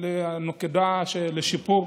נקודה לשיפור,